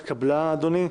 הבקשה התקבלה, אדוני.